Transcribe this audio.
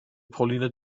pauline